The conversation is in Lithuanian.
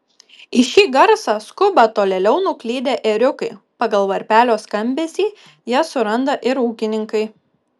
į šį garsą skuba tolėliau nuklydę ėriukai pagal varpelio skambesį jas suranda ir ūkininkai